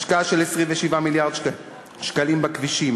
השקעה של 27 מיליארד שקלים בכבישים,